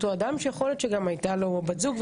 אדם שיכול להיות שגם הייתה לו בת זוג.